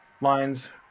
lines